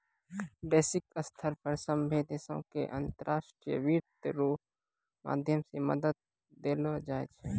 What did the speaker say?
वैश्विक स्तर पर सभ्भे देशो के अन्तर्राष्ट्रीय वित्त रो माध्यम से मदद देलो जाय छै